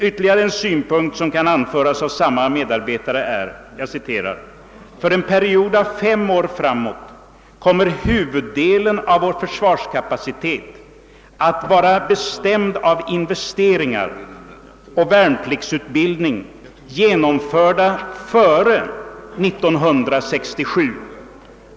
Ytterligare en synpunkt ur samma artikel: »——— för en period av fem år framåt kommer huvuddelen av vår försvarskapacitet att vara bestämd av investeringar och värnpliktsutbildning genomförda före 1967.